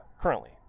currently